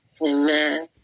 Amen